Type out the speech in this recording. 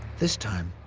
this time,